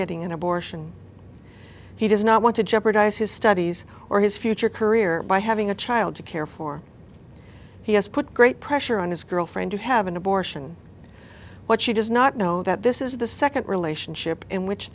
getting an abortion he does not want to jeopardize his studies or his future career by having a child to care for he has put great pressure on his girlfriend to have an abortion what she does not know that this is the second relationship in which